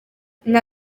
nta